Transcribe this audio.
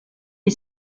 est